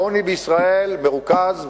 העוני בישראל מרוכז,